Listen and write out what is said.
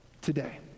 today